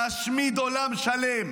להשמיד עולם שלם.